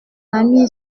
ami